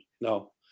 No